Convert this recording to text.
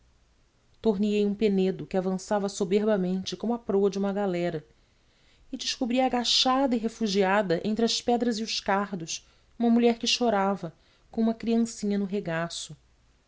torneei um penedo que avançava soberbamente como a proa uma galera e descobri agachada e refugiada entre as pedras e os cardos uma mulher que chorava com uma criancinha no regaço